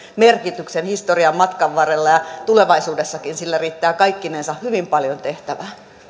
merkityksen historian matkan varrella ja tulevaisuudessakin sillä riittää kaikkinensa hyvin paljon tehtävää